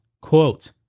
Quote